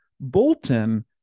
Bolton